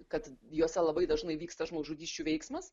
kad juose labai dažnai vyksta žmogžudysčių veiksmas